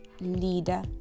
leader